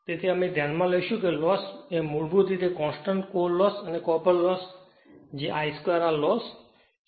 તેથી અમે ધ્યાનમાં લઈશું કે આ લોસ ખૂબ મૂળભૂત રીતે કોંસ્ટંટ કોર લોસ અને કોપર લોસ લોસ છે જે I 2 R લોસ છે